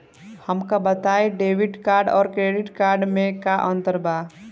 हमका बताई debit card और क्रेडिट कार्ड में का अंतर बा?